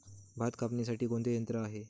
भात कापणीसाठी कोणते यंत्र आहे?